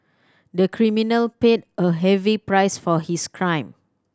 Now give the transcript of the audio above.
the criminal paid a heavy price for his crime